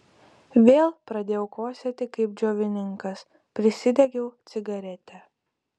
vėl pradėjau kosėti kaip džiovininkas prisidegiau cigaretę